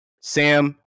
Sam